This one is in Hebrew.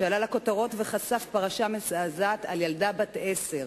והוא עלה לכותרות וחשף פרשה מזעזעת על ילדה בת עשר,